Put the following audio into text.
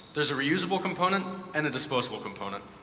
there's a reusable component and a disposable component.